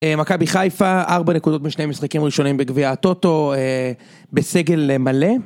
מכבי חיפה, 4 נקודות בשני המשחקים הראשונים בגביע הטוטו, בסגל מלא.